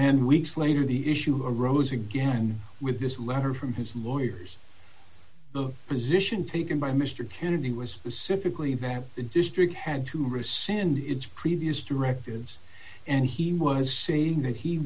then weeks later the issue arose again with this letter from his lawyers the position taken by mr kennedy was a civically in that the district had to rescind its previous directives and he was saying that he